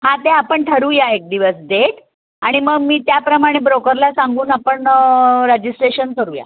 हां ते आपण ठरवूया एक दिवस डेट आणि मग मी त्याप्रमाणे ब्रोकरला सांगून आपणं रजिस्ट्रेशन करूया